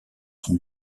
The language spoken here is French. son